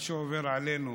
מה שעובר עלינו